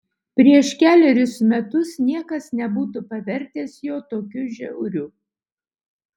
prieš kelerius metus niekas nebūtų pavertęs jo tokiu žiauriu